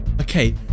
Okay